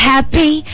Happy